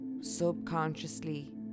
subconsciously